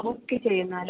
book ചെയ്യണം അല്ലെ